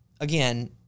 Again